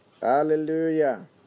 hallelujah